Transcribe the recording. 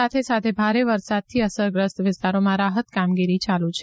સાથે સાથે ભારે વરસાદથી અસરગ્રસ્ત વિસ્તારોમાં રાહત કામગીરી ચાલુ છે